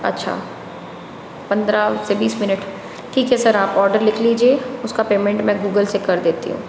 अच्छा पंद्रह से बीस मिनट ठीक है सर आप ऑर्डर लिख लीजिए उसका पेमेंट मैं गूगल से कर देती हूँ